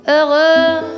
Heureux